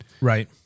Right